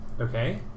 Okay